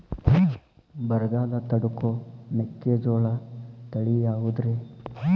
ಬರಗಾಲ ತಡಕೋ ಮೆಕ್ಕಿಜೋಳ ತಳಿಯಾವುದ್ರೇ?